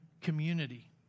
community